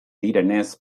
direnez